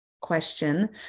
question